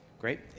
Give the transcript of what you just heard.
Great